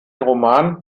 roman